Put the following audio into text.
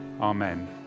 Amen